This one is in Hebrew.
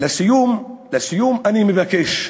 לסיום אני מבקש,